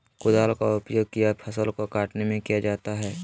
कुदाल का उपयोग किया फसल को कटने में किया जाता हैं?